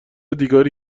دیگری